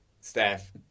Steph